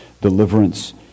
deliverance